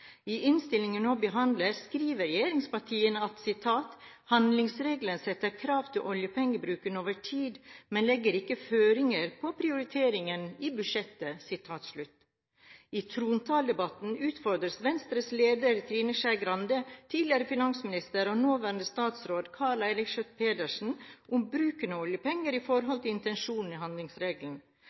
I innstillingen vi nå behandler, skriver regjeringspartiene at «handlingsregelen setter krav til oljepengebruken over tid, men legger ikke føringer på prioriteringene i budsjettet». I trontaledebatten utfordret Venstres leder, Trine Skei Grande, tidligere finansminister og nåværende statsråd Karl Eirik Schjøtt-Pedersen om bruken av oljepenger i forhold til intensjonen i handlingsregelen.